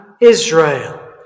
Israel